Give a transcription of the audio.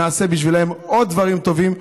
נעשה בשבילם עוד דברים טובים.